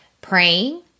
praying